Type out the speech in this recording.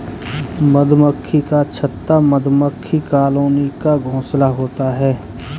मधुमक्खी का छत्ता मधुमक्खी कॉलोनी का घोंसला होता है